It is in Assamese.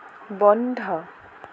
বন্ধ